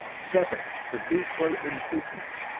seven. the negro in business.